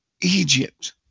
egypt